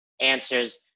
answers